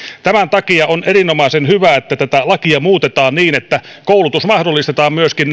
tämän takia on erinomaisen hyvä että tätä lakia muutetaan niin että koulutus mahdollistetaan myöskin